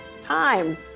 time